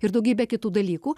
ir daugybė kitų dalykų